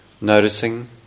Noticing